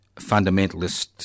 fundamentalist